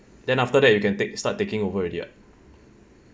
then after that you can take start taking over already [what]